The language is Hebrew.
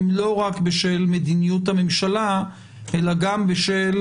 הם לא רק בשל מדיניות הממשלה אלא גם בשל